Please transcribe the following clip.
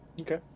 Okay